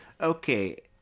Okay